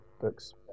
books